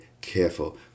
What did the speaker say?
careful